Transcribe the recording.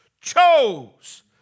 chose